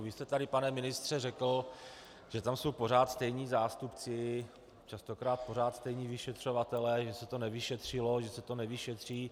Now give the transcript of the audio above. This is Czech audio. Vy jste tady, pane ministře, řekl, že tam jsou pořád stejní zástupci, častokrát pořád stejní vyšetřovatelé, že se to nevyšetřilo, že se to nevyšetří.